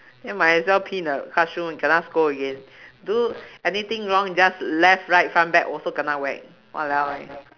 then might as well pee in the classroom kena scold again do anything wrong just left right front back also kena whack !walao! eh